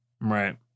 Right